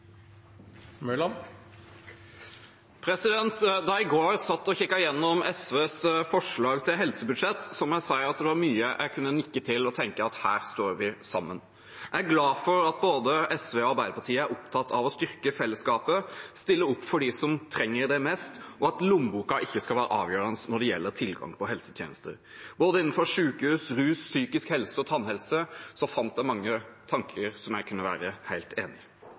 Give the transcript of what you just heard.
til helsebudsjett, var det – må jeg si – mye jeg kunne nikke til og tenke at her står vi sammen. Jeg er glad for at både SV og Arbeiderpartiet er opptatt av å styrke fellesskapet, stille opp for dem som trenger det mest, og at lommeboka ikke skal være avgjørende når det gjelder tilgang på helsetjenester. Både innenfor sykehus, rus, psykisk helse og tannhelse fant jeg mange tanker som jeg kunne være helt enig i.